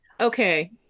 Okay